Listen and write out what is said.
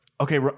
Okay